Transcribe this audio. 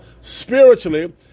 spiritually